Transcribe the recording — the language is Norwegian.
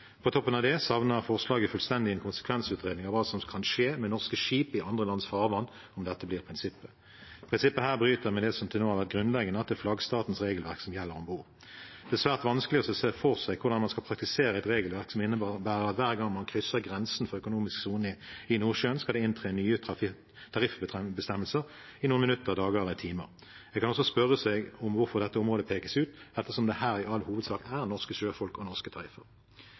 På toppen av det savner forslaget fullstendig en konsekvensutredning om hva som kan skje med norske skip i andre lands farvann om dette blir prinsippet. Dette prinsippet bryter med det som til nå har vært grunnleggende, at det er flaggstatens regelverk som gjelder om bord. Det er svært vanskelig å se for seg hvordan man skal praktisere et regelverk som innebærer at hver gang man krysser grensen for økonomisk sone i Nordsjøen, skal det inntre nye tariffbestemmelser i noen minutter, dager eller timer. En kan også spørre seg hvorfor dette området pekes ut, ettersom det her i all hovedsak er norske sjøfolk og norske tariffer.